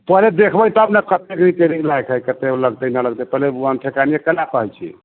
पहले देखबै तब ने कतेक रिपेयरिंग लायक हइ कतेक लगतै नहि लगतै पहिने अंठेकानिए काहे ला कहैत छी